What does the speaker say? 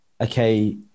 okay